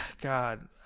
God